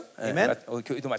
Amen